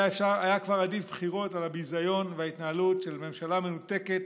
היה כבר עדיף בחירות על הביזיון וההתנהלות של ממשלה מנותקת,